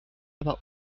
aber